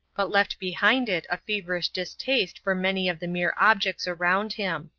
but left behind it a feverish distaste for many of the mere objects around him.